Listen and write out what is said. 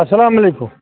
السلام علیکُم